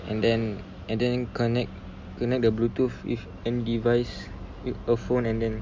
and then and then connect connect the bluetooth if and device with a phone and then